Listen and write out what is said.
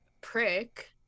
prick